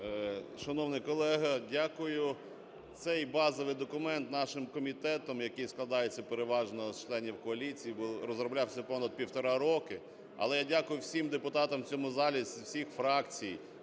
Шановний колего, дякую. Цей базовий документ нашим комітетом, який складається переважно з членів коаліції, розроблявся понад півтора роки. Але я дякую всім депутатам в цьому залі з усіх фракцій,